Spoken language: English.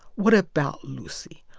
what about lucy?